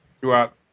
throughout